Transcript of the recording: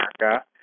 America